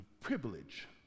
privilege